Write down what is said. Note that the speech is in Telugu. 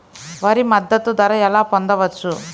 వరి మద్దతు ధర ఎలా పొందవచ్చు?